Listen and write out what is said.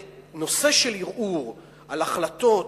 הרי הנושא של ערעור על החלטות,